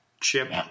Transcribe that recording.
Chip